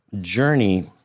journey